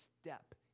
step